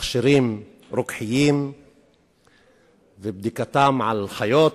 תכשירי רוקחות ובדיקתם על חיות